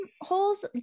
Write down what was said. holes